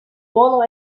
bono